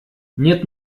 нет